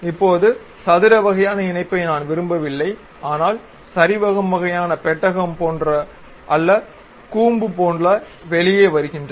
இப்போது சதுர வகையான இணைப்பை நான் விரும்பவில்லை ஆனால் சரிவகம் வகையான பெட்டகம் போன்று அல்ல கூம்பு போல வெளியே வருகின்றன